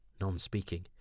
non-speaking